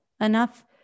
enough